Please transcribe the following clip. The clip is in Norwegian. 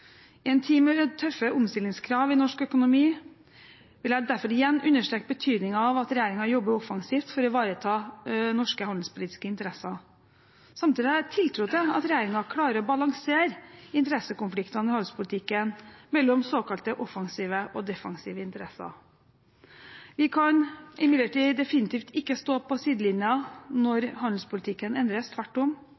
en tid med tøffe omstillingskrav i norsk økonomi vil jeg derfor igjen understreke betydningen av at regjeringen jobber offensivt for å ivareta norske handelspolitiske interesser. Samtidig har jeg tiltro til at regjeringen klarer å balansere interessekonfliktene i handelspolitikken mellom såkalte offensive og defensive interesser. Vi kan imidlertid definitivt ikke stå på sidelinjen når